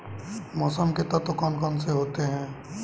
मौसम के तत्व कौन कौन से होते हैं?